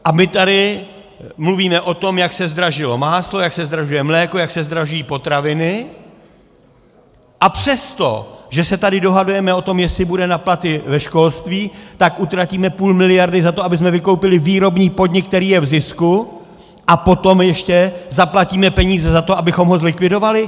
A my tady mluvíme o tom, jak se zdražilo máslo, jak se zdražuje mléko, jak se zdražují potraviny, a přesto, že se tady dohadujeme o tom, jestli bude na platy ve školství, tak utratíme půl miliardy za to, abychom vykoupili výrobní podnik, který je v zisku, a potom ještě zaplatíme peníze za to, abychom ho zlikvidovali?